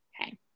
okay